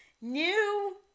new